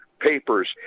papers